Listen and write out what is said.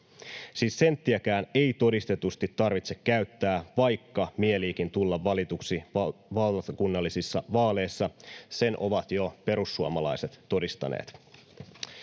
Siis senttiäkään ei todistetusti tarvitse käyttää, vaikka mieliikin tulla valituksi valtakunnallisissa vaaleissa. Sen ovat jo perussuomalaiset todistaneet.